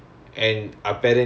oh okay